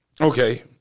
Okay